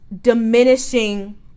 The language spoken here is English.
diminishing